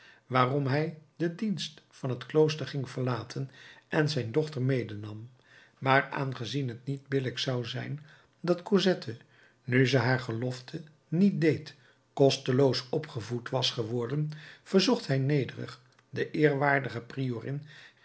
waarom hij den dienst van het klooster ging verlaten en zijn dochter medenam maar aangezien het niet billijk zou zijn dat cosette nu ze haar gelofte niet deed kosteloos opgevoed was geworden verzocht hij nederig de eerwaardige